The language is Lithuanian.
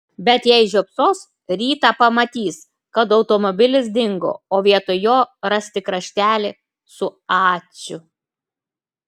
bet jei žiopsos rytą pamatys kad automobilis dingo o vietoj jo ras tik raštelį su ačiū